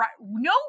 no